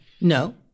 no